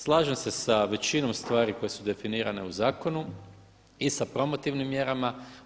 Slažem se sa većinom stvari koje su definirane u zakonu i sa promotivnim mjerama.